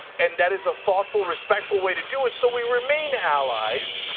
and that is a thoughtful, respectful way to do it, so we remain allies.